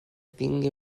tingui